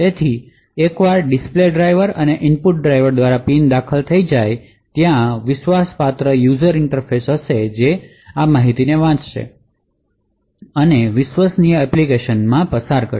તેથી એકવાર display driver અને ઇનપુટ ડ્રાઈવર દ્વારા પિન દાખલ થઈ જાય ત્યાં વિશ્વાસપાત્ર યુઝર ઇન્ટરફેસ હશે જે ખરેખર આ માહિતી વાંચે છે અને વિશ્વસનીય એપ્લિકેશન પર પસાર કરે છે